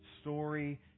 story